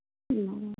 অ'